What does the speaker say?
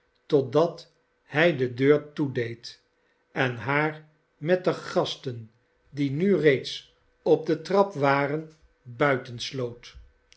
drijven totdathij de deur toedeed en haar met de gasten die nu reeds op de trap waren